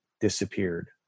disappeared